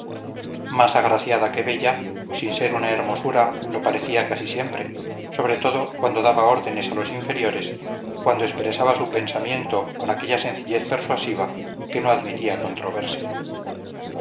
más agraciada que bella sin ser una hermosura lo parecía casi siempre sobre todo cuando daba órdenes a los inferiores cuando expresaba su pensamiento con aquella sencillez persuasiva que no admitía controversia